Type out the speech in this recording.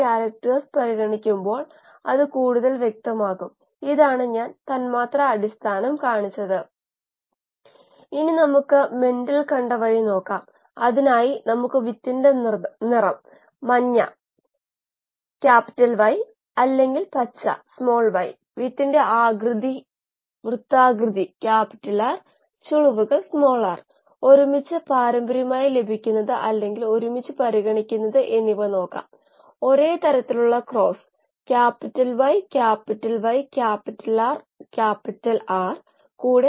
വ്യവസായത്തിൽ സാധാരണഗതിയിൽ ഈ സ്കെയിൽ അപ്പ് ഒരു KLa യുടെ അടിസ്ഥാനത്തിൽ 30 ശതമാനം സമയമാണ് ചെയ്യുന്നത് യൂണിറ്റ് വോളിയം അടിസ്ഥാനത്തിൽ സ്ഥിരമായ വൈദ്യുതി സമയത്തിൻറെ ഉപഭോഗത്തിൽ 30 ശതമാനം സ്ഥിരമായ ഇംപെല്ലർ അഗ്ര വേഗത സമയത്തിൻറെ 20 ശതമാനം സ്ഥിരമായ DO മൂല്യം സമയത്തിൻറെ 20 ശതമാനം